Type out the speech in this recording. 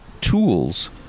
tools